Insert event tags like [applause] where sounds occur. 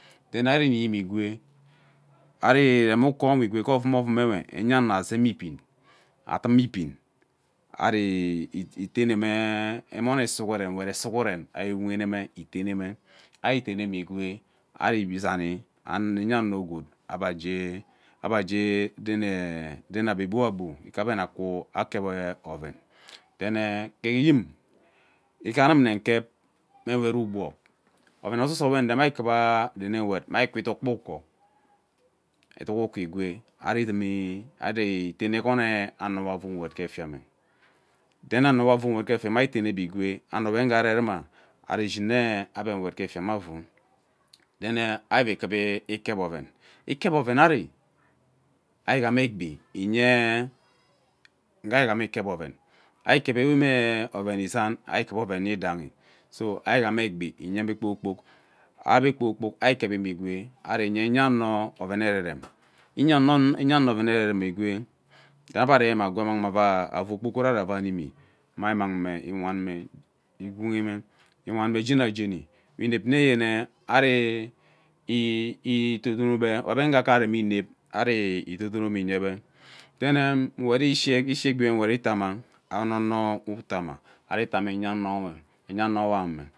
Then arib inimi egwe ari iremi ukowe igwe ge ovum orum anwe enya ano azem i biu adum ibin ari eteme emone sughuren nwet sughuren ari wuheneme iteneme ari iteneme igwe ari ivi zani enya ano gwood ebe gee ebe aren ebe gboa gbo ike ebe akwu ekep oven then gee yin ike anum une nkep mme nwet ugbog oven ususo wen nne udem ari kuva ren uwet ari ukwu iduk kpa uko ari iduk uko igwe ari idimi ari tene egone aro be avu nwet ke efiame then ano gbe avu nwet ke fia me ari tewe ebe igwe ano we uga aneruma ari shin ye yene ebe nwet ke efia we avum then kara ikep oven ikep oven ari, ari igham gbi iye agha ari ighama ikep oven ari ikevi ewe mme oven izang ari kuva ewe nne oven izang ari kuva oven yidaihi so ari ighana egbi iya ebe kpoo kpok ebe kpoo kpok ari ikevi me igwe ari enye enya ano oven ererem ari enye enya ano oven eremem igwee ebe aremini agwee ebe ammangme avu ogbogorari avai mimi ari mmangme iwanme igwu gwuni mme iwan me jeni jeni we inep nneyene ari ee [hesitation] idodonome ari dodonome iyebe then nwet ishi egbi we vene uwet itama ono ono utam ari itana enya ano me enya ano me ame.